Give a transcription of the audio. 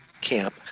camp